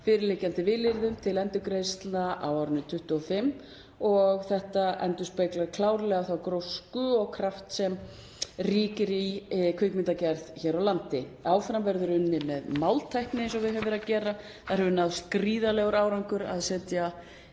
fyrirliggjandi vilyrðum um endurgreiðslu á árinu 2025 og þetta endurspeglar klárlega þá grósku og kraft sem ríkir í kvikmyndagerð hér á landi. Áfram verður unnið með máltækni eins og við höfum verið að gera. Þar hefur náðst gríðarlegur árangur að setja